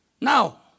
Now